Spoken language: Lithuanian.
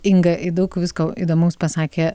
inga i daug visko įdomaus pasakė